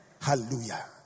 Hallelujah